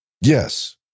Yes